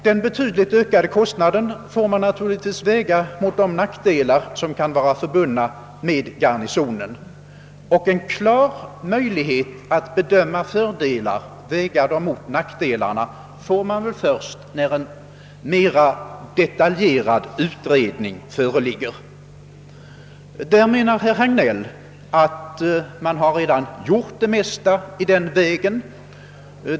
Den betydligt ökade kostnaden får naturligtvis vägas mot de nackdelar som kan vara förbundna med Garnisonen — och en klar möjlighet att bedöma fördelarna och väga dem mot nackdelarna får man väl först när en mera detaljerad utredning föreligger. Herr Hagnell menar att det mesta i den här vägen redan är gjort.